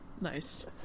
nice